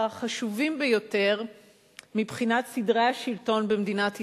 החשובים ביותר מבחינת סדרי השלטון במדינת ישראל,